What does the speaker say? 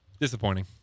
Disappointing